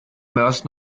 moers